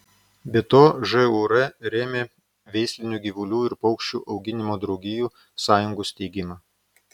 be to žūr rėmė veislinių gyvulių ir paukščių auginimo draugijų sąjungų steigimą